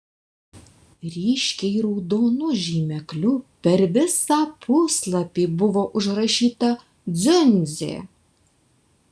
ryškiai raudonu žymekliu per visą puslapį buvo užrašyta dziundzė